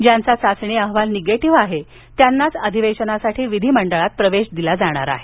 ज्यांचा चाचणी अहवाल निगेटिव्ह आहे त्यांनाच अधिवेशनासाठी विधिमंडळात प्रवेश दिला जाणार आहे